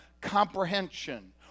comprehension